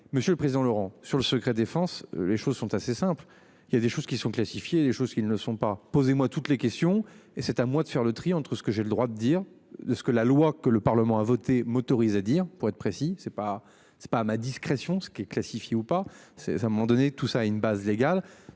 Monsieur le président Laurent sur le secret défense. Les choses sont assez simples. Il y a des choses qui sont classifiés les choses qu'ils ne sont pas posez-moi toutes les questions et c'est à moi de faire le tri entre ce que j'ai le droit de dire, de ce que la loi que le Parlement a voté m'autorise à dire pour être précis. C'est pas c'est pas ma discrétion ce qui est classifié ou pas c'est c'est un moment donné tout ça une base légale,